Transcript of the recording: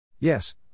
Yes